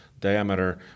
diameter